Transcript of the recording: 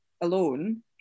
alone